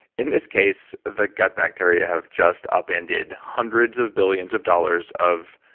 in this case, the gut bacteria have just upended hundreds of billions of dollars of,